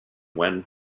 when